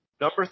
Number